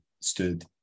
stood